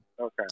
Okay